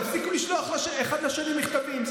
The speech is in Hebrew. תפסיקו לשלוח אחד לשני מכתבים.